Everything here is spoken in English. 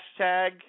hashtag